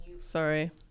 Sorry